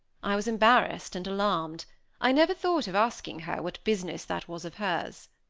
i was embarrassed and alarmed i never thought of asking her what business that was of hers.